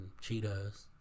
cheetahs